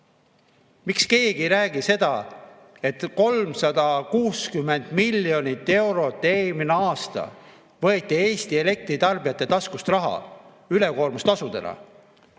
Miks keegi ei räägi seda, et 360 miljonit eurot eelmine aasta võeti Eesti elektritarbijate taskust raha ülekoormustasudena?